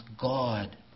God